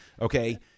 okay